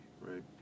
Right